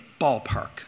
ballpark